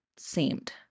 Seemed